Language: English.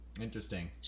Interesting